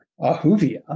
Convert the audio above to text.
Ahuvia